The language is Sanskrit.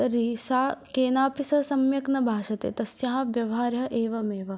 तर्हि सा केनापि सम्यक् न भाषते तस्याः व्यवहारः एवमेव